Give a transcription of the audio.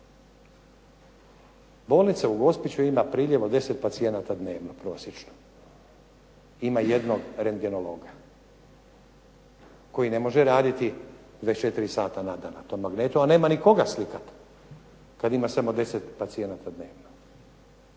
Bolnica u Gospiću ima priljev od 10 pacijenata dnevno prosječno, ima jednog rengenologa koji ne može raditi 24 sata na dan na tom magnetu, a nema ni koga slikati kad ima samo 10 pacijenata dnevno.